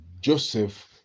Joseph